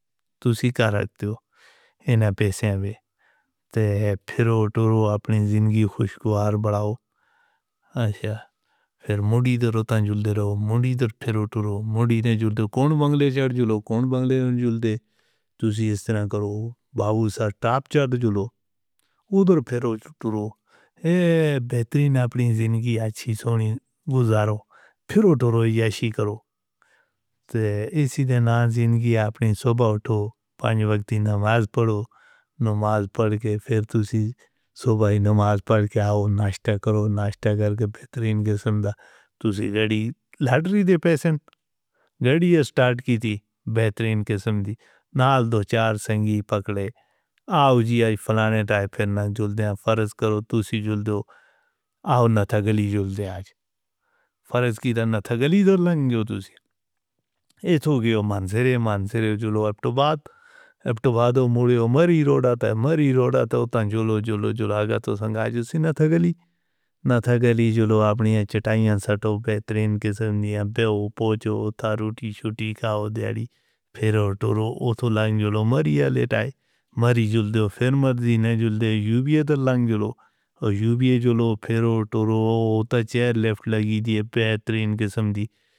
تسی کارہتے ہو اینا پیسیاں دے، تے پھر او ٹورو اپنی زندگی خوشگوار بڑھاؤ، پھر مڑی در ٹورو، مڑی نے جڑ دے، کون بنگلے چڑ جولو، کون بنگلے نے جڑ دے، تسی اس طرح کرو، بابو سا ٹاپ چڑ جولو، او در پھر او ٹورو، اے بہترین اپنی زندگی اچھی سونی گزارو، پھر او ٹورو یاشی کرو، تے اسی دے نال زندگی اپنی سوبا اٹھو۔ پانچ وقت دینا نماز پڑھو، نماز پڑھ کے پھر تسی سوپا ہی نماز پڑھ کے آؤ ناشتہ کرو، ناشتہ کر کے بہترین قسم دا، تسی گاڑی، لٹری دے پیسیں گاڑی ہے سٹارٹ کیتی، بہترین قسم دی، نال دو چار سنگی پکڑے، آؤ جی آئی فلانے ڈائی پھیننا جڑدے ہیں۔ فرض کرو تسی جڑدے ہو، آؤ ناتھا گلی جڑدے آج، فرض کی تا ناتھا گلی تو لنگ جاؤ تسی، اتھو گیا منظرے منظرے جڑو، اب تو بعد، اب تو بعد او مڑی او مری روڈ آتا ہے، مری روڈ آتا ہے، او تنگ جڑو، جڑو جولاگاتو سنگاجو، سی ناتھا گلی، ناتھا گلی جڑو اپنی چٹائیاں سٹو بہترین قسم دیاں، بے او پوجو، تھارو ٹی شٹی کھاؤ دیاری، پھر او ٹورو اتھو لنگ جولو مریا لٹائے، مری جڑ دے ہو پھر مرضی نہ جڑ دے، یو بیے تو لنگ جولو، یو بیے جڑو پھر او ٹورو، او تا چہر لیفٹ لگی دی ہے بہترین قسم دی.